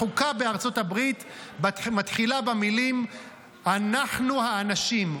החוקה בארצות הברית מתחילה במילים "אנחנו האנשים",